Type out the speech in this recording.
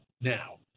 now